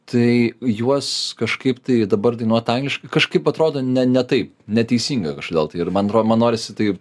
tai juos kažkaip tai dabar dainuot angliškai kažkaip atrodo ne ne taip neteisinga kažkodėl tai ir man ro man norisi tai